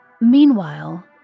Meanwhile